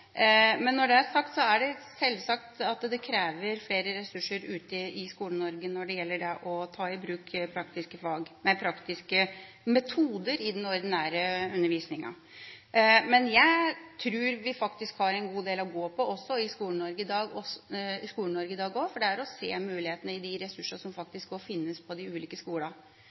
Når det er sagt, er det selvsagt klart at det kreves flere ressurser ute i Skole-Norge når det gjelder det å ta i bruk praktiske metoder i den ordinære undervisningen. Jeg tror vi faktisk har en god del å gå på i Skole-Norge i dag. Det gjelder å se mulighetene i de ressursene som faktisk finnes på de ulike skolene.